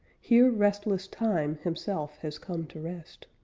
here restless time himself has come to rest.